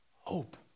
hope